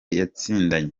yatsindanye